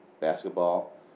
basketball